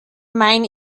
meine